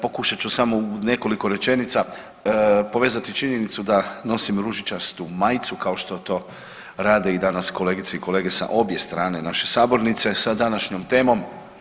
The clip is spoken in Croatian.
Pokušat ću samo u nekoliko rečenica povezati činjenicu da nosim ružičastu majicu kao što to rade i danas kolegice i kolege sa obje strane naše sabornice sa današnjom temom.